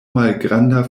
malgranda